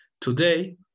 Today